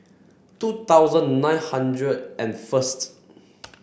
two thousand nine hundred and first